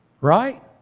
Right